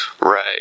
Right